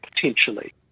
potentially